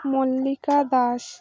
Mallika Das